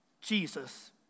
Jesus